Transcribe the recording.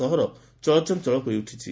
ସହର ଚଳଚଞ୍ଚଳ ହୋଇଉଠିଛି